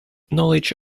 knowledge